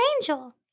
angel